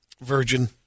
Virgin